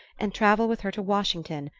and travel with her to washington,